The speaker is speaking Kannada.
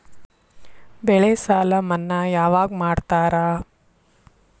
ಬೆಳೆ ಸಾಲ ಮನ್ನಾ ಯಾವಾಗ್ ಮಾಡ್ತಾರಾ?